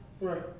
Right